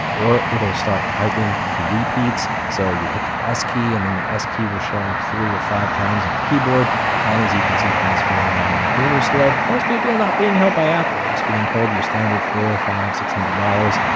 or it'll start typing repeats, so you hit the s key, and then the s key will show up three or five times in the keyboard and as you can see from this very long macrumors thread, most people are not being held by apple. they're just being told your standard four or five six hundred dollars,